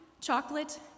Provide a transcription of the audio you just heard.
chocolate